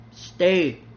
stay